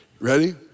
Ready